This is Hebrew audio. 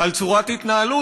על צורת התנהלות,